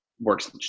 works